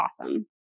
awesome